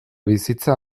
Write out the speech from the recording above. bizitza